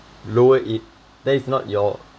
lower it that is not your